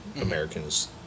Americans